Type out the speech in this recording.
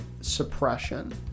suppression